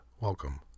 welcome